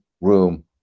room